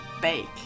bake